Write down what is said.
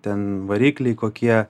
ten varikliai kokie